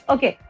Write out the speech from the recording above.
Okay